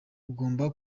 agomba